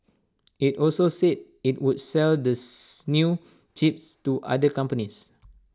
IT also said IT would sell this new chips to other companies